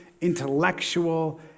intellectual